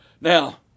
Now